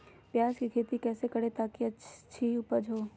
प्याज की खेती कैसे करें ताकि अच्छी उपज हो?